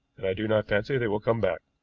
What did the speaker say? and i do not fancy they will come back.